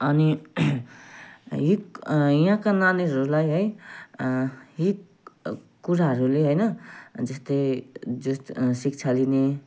अनि इक् यहाँका नानीहरूलाई है हिक् कुराहरूले होइन जस्तै जस् शिक्षाहरू पनि